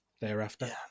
thereafter